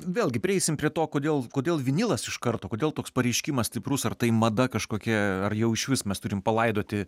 vėlgi prieisime prie to kodėl kodėl vinylas iš karto kodėl toks pareiškimas stiprus ar tai mada kažkokia ar jau išvis mes turim palaidoti